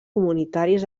comunitaris